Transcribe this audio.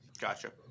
Gotcha